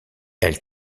elle